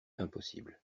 impossible